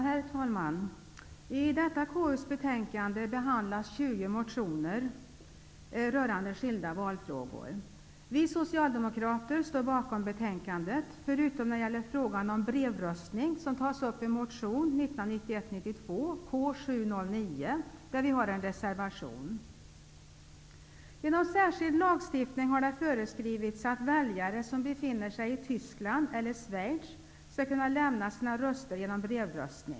Herr talman! I detta betänkande från konstitutionsutskottet behandlas 20 motioner rörande skilda valfrågor. Vi socialdemokrater står bakom betänkandet, förutom när det gäller frågan om brevröstning, vilken tas upp i motion 1991/92:K709. Vi socialdemokrater har därför fogat en reservation till betänkandet om brevröstning. Genom särskild lagstiftning har det föreskrivits att väljare som befinner sig i Tyskland eller i Schweiz skall kunna avge sina röster genom brevröstning.